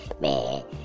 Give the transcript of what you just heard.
man